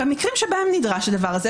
במקרים שבהם נדרש הדבר הזה,